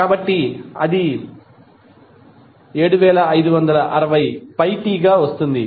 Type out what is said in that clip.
కాబట్టి అది 7560πt గా వస్తుంది